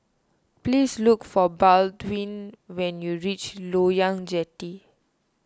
please look for Baldwin when you reach Loyang Jetty